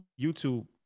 YouTube